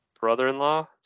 brother-in-law